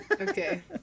Okay